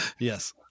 yes